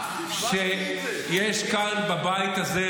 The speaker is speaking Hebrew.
בבית הזה,